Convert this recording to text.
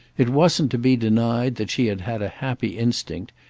it wasn't to be denied that she had had a happy instinct,